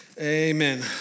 Amen